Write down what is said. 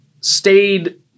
stayed